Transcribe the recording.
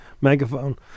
megaphone